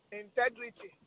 integrity